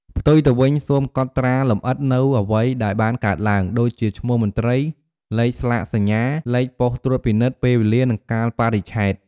ផ្ទុយទៅវិញ សូមកត់ត្រាលម្អិតនូវអ្វីដែលបានកើតឡើង ដូចជាឈ្មោះមន្ត្រី លេខផ្លាកសញ្ញា លេខប៉ុស្តិ៍ត្រួតពិនិត្យ ពេលវេលា និងកាលបរិច្ឆេទ។